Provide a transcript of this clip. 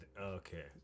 Okay